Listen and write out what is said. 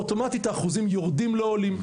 אוטומטית האחוזים יורדים ולא עולים.